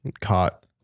caught